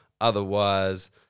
Otherwise